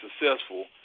successful